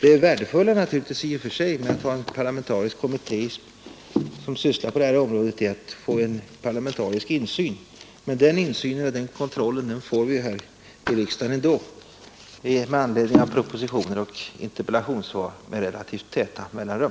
Det värdefulla med att ha en parlamentarisk kommitté på detta område är naturligtvis att man får en parlamentarisk insyn, men den insynen och kontrollen får vi här i riksdagen med anledning av propositioner och interpellationssvar med relativt korta mellanrum.